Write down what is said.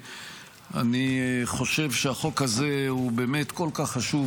אני חושב שהחוק הזה הוא באמת כל כך חשוב,